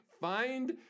find